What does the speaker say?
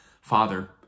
Father